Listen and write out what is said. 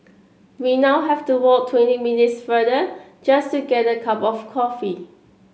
we now have to walk twenty minutes farther just to get a cup of coffee